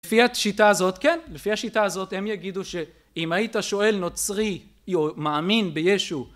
לפי השיטה הזאת- כן. לפי השיטה הזאת הם יגידו שאם היית שואל נוצרי מאמין בישו